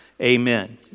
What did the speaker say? Amen